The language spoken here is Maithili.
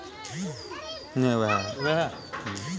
लोनक ओनरशिप खाली बैंके टा लग होइ छै